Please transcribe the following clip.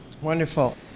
Wonderful